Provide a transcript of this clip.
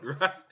right